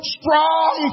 strong